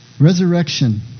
Resurrection